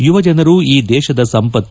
ಯುವ ಜನರು ಈ ದೇಶದ ಸಂಪತ್ತು